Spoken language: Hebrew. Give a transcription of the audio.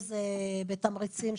זה יכול להיעשות בתמריצים.